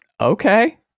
Okay